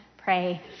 Pray